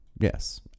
Yes